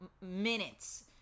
Minutes